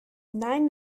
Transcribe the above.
nein